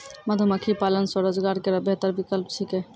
मधुमक्खी पालन स्वरोजगार केरो बेहतर विकल्प छिकै